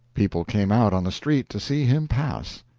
people came out on the street to see him pass.